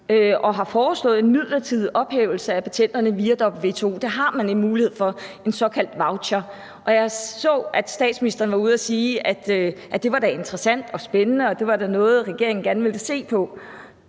han har foreslået en midlertidig ophævelse af patenterne via WTO; der har man en mulighed for en såkaldt voucher. Jeg så, at statsministeren var ude at sige, at det da var interessant og spændende, og at det da var noget, regeringen gerne ville se på.